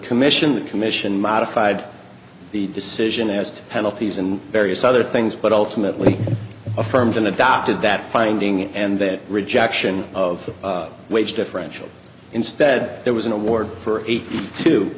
commission the commission modified the decision as to penalties and various other things but ultimately affirmed in adopted that finding and that rejection of wage differential instead there was an award for